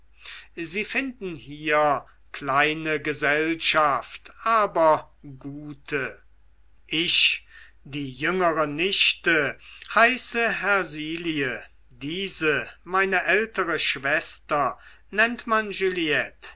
sie finden hier kleine gesellschaft aber gute ich die jüngere nichte heiße hersilie diese meine ältere schwester nennt man